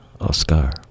Oscar